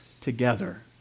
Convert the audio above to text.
together